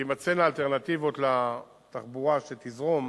תימצאנה אלטרנטיבות לתחבורה, שתזרום